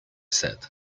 said